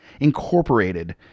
incorporated